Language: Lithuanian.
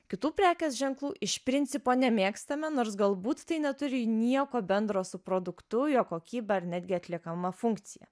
kitų prekės ženklų iš principo nemėgstame nors galbūt tai neturi nieko bendro su produktu jo kokybe ar netgi atliekama funkcija